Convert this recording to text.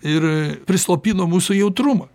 ir prislopino mūsų jautrumą